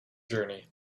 journey